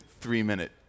three-minute